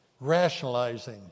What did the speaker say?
rationalizing